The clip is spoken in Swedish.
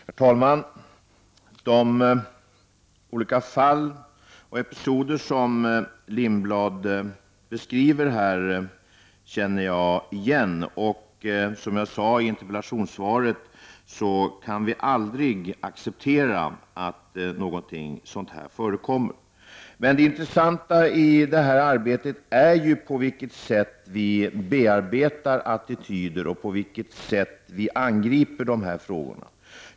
Herr talman! Jag känner till de fall och episoder som Hans Lindblad beskrev. Som jag sade i interpellationssvaret kan vi aldrig acceptera att någonting sådant förekommer. Det intressanta är på vilket sätt vi bearbetar attityder och på vilket sätt vi angriper dessa frågor.